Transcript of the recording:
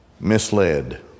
Misled